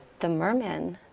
the merman